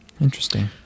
Interesting